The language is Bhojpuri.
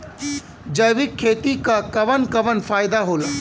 जैविक खेती क कवन कवन फायदा होला?